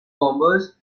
bombers